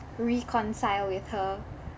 reconcile with her